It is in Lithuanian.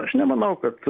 aš nemanau kad